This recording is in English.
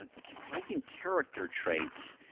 ah surprising character trait.